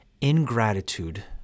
ingratitude